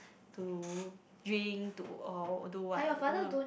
to drink to or do what no